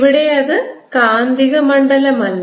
ഇവിടെ അത് കാന്തിക മണ്ഡലമല്ല